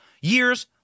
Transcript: years